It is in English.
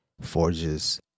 forges